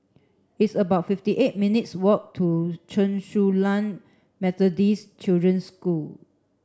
it's about fifty eight minutes' walk to Chen Su Lan Methodist Children's School